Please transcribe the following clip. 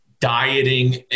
dieting